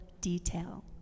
detail